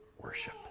worship